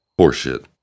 horseshit